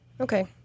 Okay